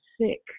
sick